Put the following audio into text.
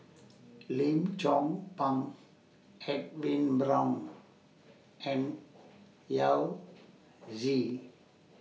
Lim Chong Pang Edwin Brown and Yao Zi